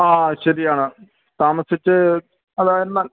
ആ ശരിയാണ് താമസിച്ച് അത് എന്നാ